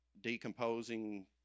decomposing